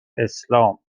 اسلام